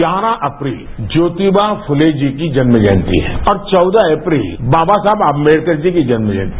ग्यारह अप्रैल ज्योतिबा खूले जी की जन्म जयंती है और चौदह अप्रैल बाबा साहेब अम्बेडकर की जन्म जयंती है